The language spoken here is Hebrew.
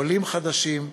עולים חדשים,